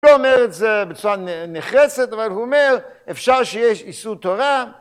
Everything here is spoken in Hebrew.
הוא לא אומר את זה בצורה נחרצת, אבל הוא אומר, "אפשר שיהיה איסור תורה".